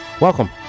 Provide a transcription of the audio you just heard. Welcome